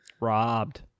Robbed